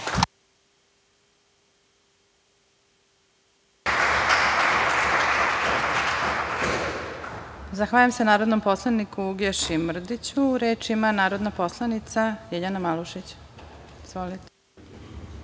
Zahvaljujem se narodnom poslaniku Uglješi Mrdiću. Reč ima narodna poslanica Ljiljana Malušić.